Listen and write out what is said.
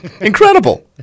Incredible